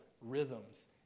rhythms